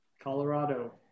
Colorado